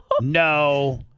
No